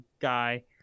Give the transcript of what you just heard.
guy